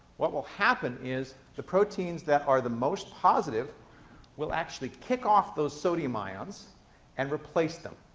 what will happen is, the proteins that are the most positive will actually kick off those sodium ions and replace them.